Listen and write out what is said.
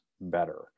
better